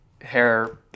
hair